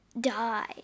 die